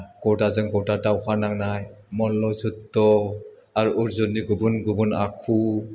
गदाजों गदा दावहा नांनाय मल्ल' जुध्द आर अर्जननि गुबुन गुबुन आखु